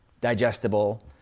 digestible